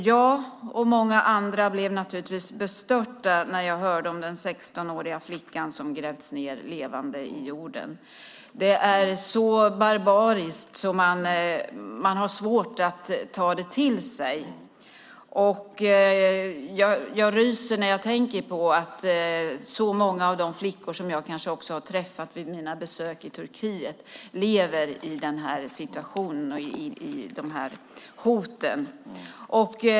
Jag och många andra blev naturligtvis bestörta när vi hörde om den 16-åriga flicka som grävts ned levande i jorden. Det är så barbariskt att man har svårt att ta det till sig. Jag ryser när jag tänker på att många av de flickor som jag har träffat vid mina besök i Turkiet kanske lever i den här situationen och med de här hoten.